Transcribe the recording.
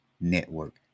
Network